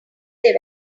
they